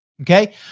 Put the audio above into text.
Okay